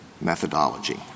methodology